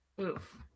Oof